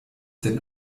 denn